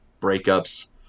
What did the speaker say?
breakups